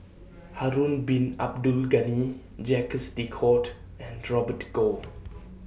Harun Bin Abdul Ghani Jacques De Coutre and Robert Goh